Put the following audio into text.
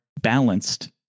balanced